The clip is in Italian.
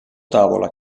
tavola